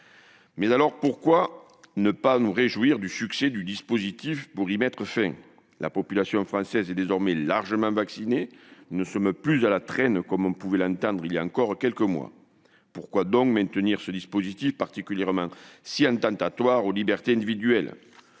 Mais alors, pourquoi ne pas profiter du succès du dispositif pour y mettre fin ? La population française est désormais largement vaccinée, et nous ne sommes plus à la traîne comme on pouvait l'entendre voilà encore quelques mois. Pourquoi donc maintenir ce dispositif si attentatoire aux libertés individuelles ?